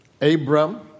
Abram